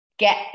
get